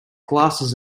glasses